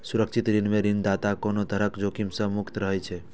सुरक्षित ऋण मे ऋणदाता कोनो तरहक जोखिम सं मुक्त रहै छै